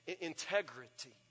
Integrity